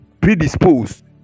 predisposed